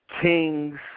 King's